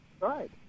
Right